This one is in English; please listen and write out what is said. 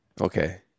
Okay